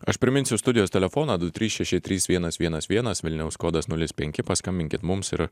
aš priminsiu studijos telefoną du trys šeši trys vienas vienas vienas vilniaus kodas nulis penki paskambinkit mums ir